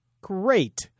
Great